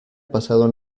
pasado